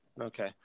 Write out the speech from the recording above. Okay